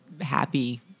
happy